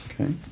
okay